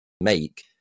make